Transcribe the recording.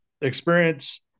experience